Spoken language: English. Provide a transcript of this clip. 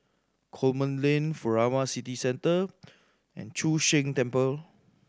Coleman Lane Furama City Centre and Chu Sheng Temple